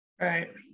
Right